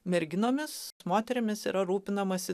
merginomis moterimis yra rūpinamasi